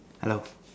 hello